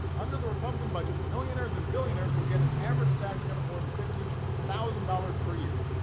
under the republican budget, millionaires and billionaires would get an average tax cut of more than fifty thousand dollars per year.